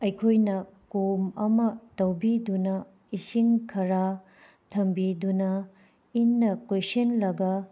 ꯑꯩꯈꯣꯏꯅ ꯀꯣꯝ ꯑꯃ ꯇꯧꯕꯤꯗꯨꯅ ꯏꯁꯤꯡ ꯈꯔꯥ ꯊꯝꯕꯤꯗꯨꯅ ꯏꯟꯅ ꯀꯣꯏꯁꯤꯟꯂꯒ